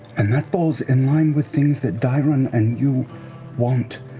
and that falls in line with things that dairon and you want.